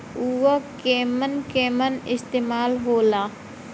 उव केमन केमन इस्तेमाल हो ला?